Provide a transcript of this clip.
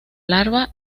larva